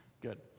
good